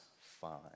fine